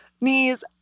knees